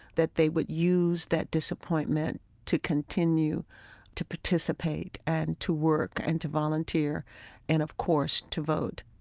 that they would use that disappointment to continue to participate and to work and to volunteer and, of course, to vote